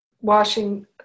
washing